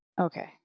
Okay